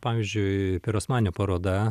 pavyzdžiui pirosmani paroda